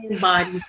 body